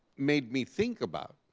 made me think about